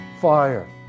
fire